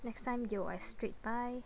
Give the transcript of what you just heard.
next time 有 I straight buy